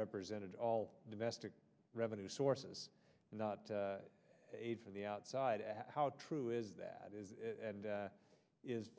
represented all domestic revenue sources not aid from the outside how true is that is and is